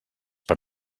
per